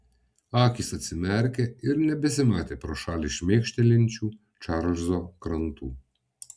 akys atsimerkė ir nebesimatė pro šalį šmėkštelinčių čarlzo krantų